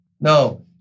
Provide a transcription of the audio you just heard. No